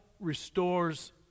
Restores